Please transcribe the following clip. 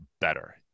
better